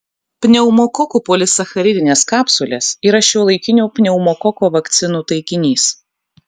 pneumokokų polisacharidinės kapsulės yra šiuolaikinių pneumokoko vakcinų taikinys